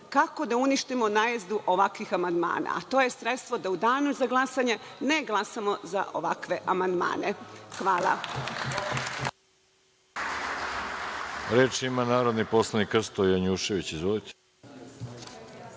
kako da uništimo najezdu ovakvih amandmana, a to je da u danu za glasanje ne glasamo za ovakve amandmane. Hvala.